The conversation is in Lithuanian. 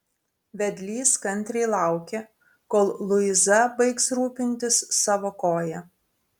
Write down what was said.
vedlys kantriai laukė kol luiza baigs rūpintis savo koja